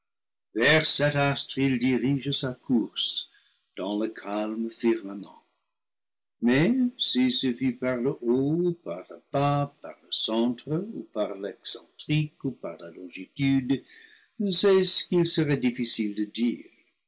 sa course dans le calme firmament mais si ce fut par le haut ou par le bas par le centre ou par l'excentrique ou par la longitude c'est ce qu'il serait difficile de dire